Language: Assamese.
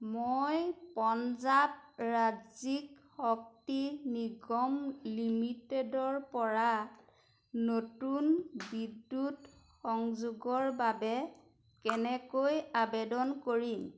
মই পঞ্জাৱ ৰাজ্যিক শক্তি নিগম লিমিটেডৰপৰা নতুন বিদ্যুৎ সংযোগৰ বাবে কেনেকৈ আবেদন কৰিম